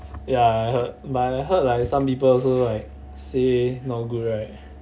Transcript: ya I heard but I heard like some people also like say not good right